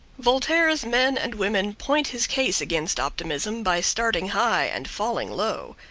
voltaire's men and women point his case against optimism by starting high and falling low.